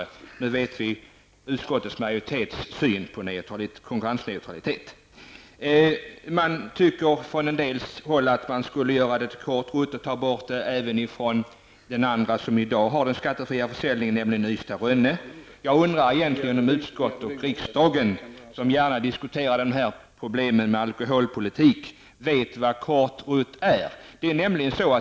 Så nu vet vi vad utskottsmajoriteten har för syn på konkurrensneutralitet. En del anser att förbindelsen bör omklassificeras till kort rutt och att den skattefria försäljningen skall tas bort även på linjen Ystad--Rönne. Jag undrar om de i utskottet och i riksdagen som gärna diskuterar alkoholpolitik vet vad kort rutt innebär.